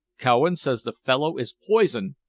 cowan says the fellow is poisoned,